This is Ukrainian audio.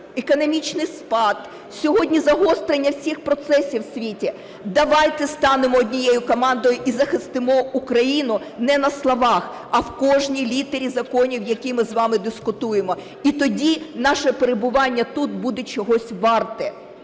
економічний спад, сьогодні загострення всіх процесів у світі. Давайте станемо однією командою і захистимо Україну не на словах, а в кожній літері законів, які ми з вами дискутуємо, і тоді наше перебування тут буде чогось варте.